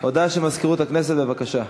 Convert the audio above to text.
הודעה של מזכירות הכנסת, בבקשה.